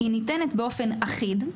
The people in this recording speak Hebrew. היא ניתנת באופן אחיד,